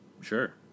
Sure